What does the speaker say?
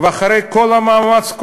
ואחרי כל המאמץ,